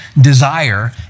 desire